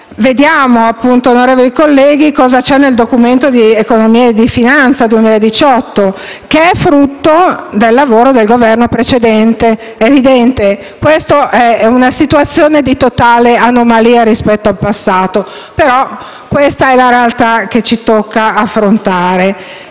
vediamo, onorevoli colleghi, cosa c'è nel Documento di economia e finanza 2018, che è frutto del lavoro del Governo precedente. È evidente che questa è una situazione di totale anomalia rispetto al passato, ma è la realtà che ci tocca affrontare.